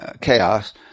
chaos